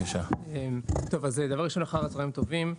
אחר הצוהריים טובים,